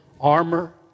armor